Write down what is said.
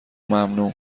ممنوع